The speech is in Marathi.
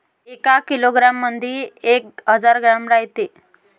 एका किलोग्रॅम मंधी एक हजार ग्रॅम रायते